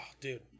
dude